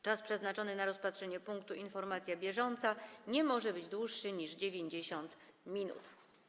Czas przeznaczony na rozpatrzenie punktu: Informacja bieżąca nie może być dłuższy niż 90 minut.